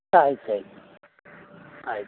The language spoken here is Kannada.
ಆಯ್ತು ಆಯ್ತು ಆಯ್ತು